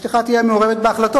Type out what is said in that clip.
שאשתך תהיה מעורבת בהחלטות,